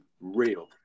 real